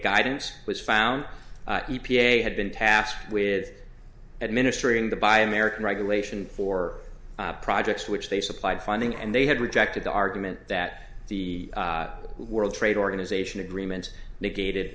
guidance was found e p a had been tasked with administering the buy american regulation for projects which they supplied funding and they had rejected the argument that the world trade organization agreements negated